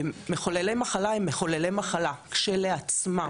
מחוללי מחלה הם מחוללי מחלה כשלעצמם.